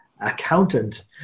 accountant